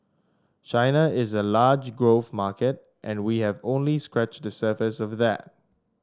China is a large growth market and we have only scratched the surface of that